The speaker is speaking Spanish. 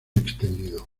extendido